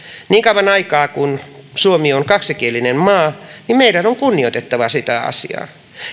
niin kauan aikaa kuin suomi on kaksikielinen maa meidän on kunnioitettava sitä asiaa